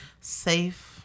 safe